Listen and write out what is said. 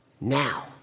now